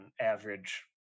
average